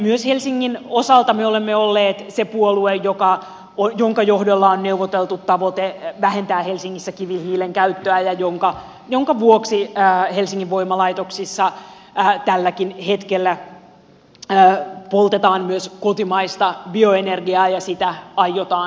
myös helsingin osalta me olemme olleet se puolue jonka johdolla on neuvoteltu tavoite vähentää helsingissä kivihiilen käyttöä minkä vuoksi helsingin voimalaitoksissa tälläkin hetkellä poltetaan myös kotimaista bioenergiaa ja sitä aiotaan lisätä